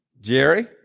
Jerry